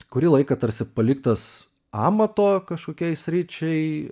kurį laiką tarsi paliktas amato kažkokiai sričiai